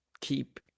keep